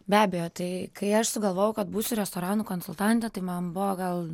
be abejo tai kai aš sugalvojau kad būsiu restoranų konsultante tai man buvo gal